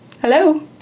Hello